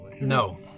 No